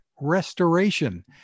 restoration